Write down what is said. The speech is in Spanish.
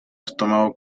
estómago